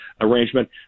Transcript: arrangement